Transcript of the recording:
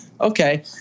okay